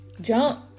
jump